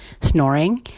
snoring